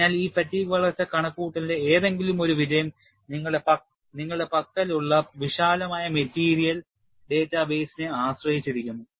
അതിനാൽ ഈ ഫാറ്റീഗ് വളർച്ചാ കണക്കുകൂട്ടലിന്റെ ഏതെങ്കിലും ഒരു വിജയം നിങ്ങളുടെ പക്കലുള്ള വിശാലമായ മെറ്റീരിയൽ ഡാറ്റാ ബേസിനെ ആശ്രയിച്ചിരിക്കുന്നു